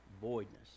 Voidness